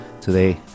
Today